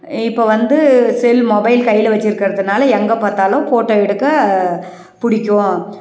இப்போது வந்து cell mobile கையில் வெச்சிருக்கறதுனால எங்கே பார்த்தாலும் ஃபோட்டோ எடுக்க பிடிக்கும்